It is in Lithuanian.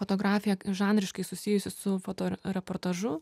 fotografija žanriškai susijusi su foto reportažu